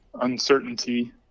uncertainty